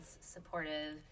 supportive